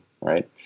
Right